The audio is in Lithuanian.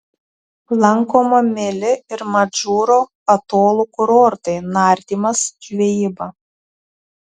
lankoma mili ir madžūro atolų kurortai nardymas žvejyba